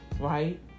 right